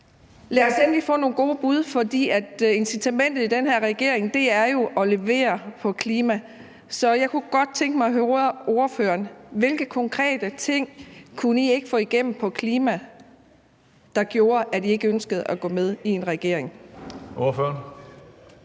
Lad os endelig få nogle gode bud, for incitamentet i den her regering er jo at levere på klima. Så jeg kunne godt tænke mig at høre ordføreren: Hvilke konkrete ting kunne I ikke få igennem på klimaområdet, som gjorde, at I ikke ønskede at gå med i en regering? Kl.